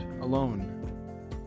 alone